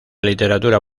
literatura